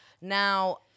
Now